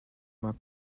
mark